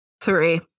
Three